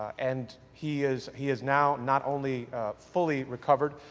and he is he is now not only fully recovered,